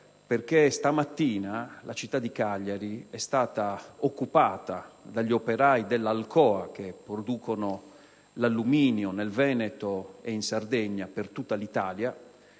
perché stamattina la città di Cagliari è stata occupata dagli operai dell'Alcoa, che producono l'alluminio nel Veneto e in Sardegna per tutta l'Italia.